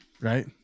right